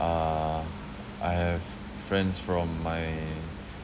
uh I have friends from my